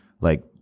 like-